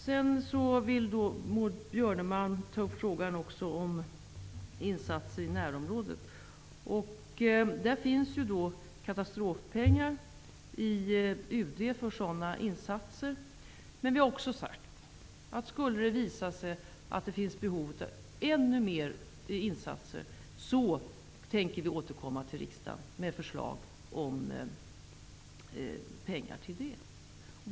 Maud Björnemalm tog upp frågan om insatser i närområdet. UD har pengar för sådana insatser. Men vi har också sagt att vi, om det skulle uppstå behov av ännu större insatser, tänker återkomma till riksdagen med förslag om erforderliga medel.